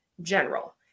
general